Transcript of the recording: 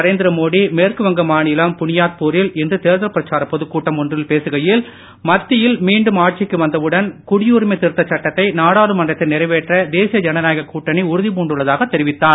நரேந்திர மோடி இன்று மேற்குவங்க மாநிலம் புனியாத்பூ ரில் இன்று தேர்தல் பிரச்சாரப் பொதுக்கூட்டம் ஒன்றில் பேசுகையில் மத்தியில் மீண்டும் ஆட்சிக்கு வந்தவுடன் குடியுரிமை திருத்தச் சட்டத்தை நாடாளுமன்றத்தில் நிறைவேற்ற தேசிய ஜனநாயகக் கூட்டணி உறுதிபூண்டுள்ளதாகத் தெரிவித்தார்